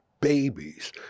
babies